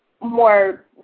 more